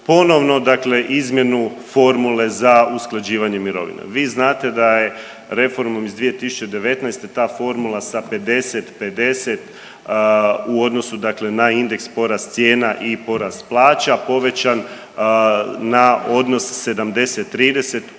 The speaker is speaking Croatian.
ponovno dakle izmjenu formule za usklađivanje mirovina. Vi znate da je reformom iz 2019. ta formula sa 50:50 u odnosu dakle na indeks porast cijena i porast plaća povećan na odnos 70:30 u korist